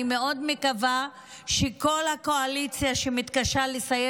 אני מאוד מקווה שכל הקואליציה שמתקשה לסיים